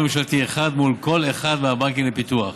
ממשלתי אחד מול כל אחד מהבנקים לפיתוח.